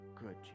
good